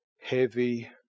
heavy